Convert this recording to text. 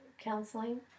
counseling